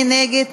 מי נגד?